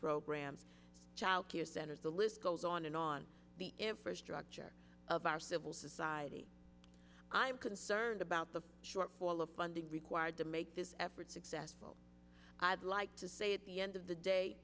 programs child care centers the list goes on and on the infrastructure of our civil society i'm concerned about the shortfall of funding required to make this effort successful i'd like to say at the end of the day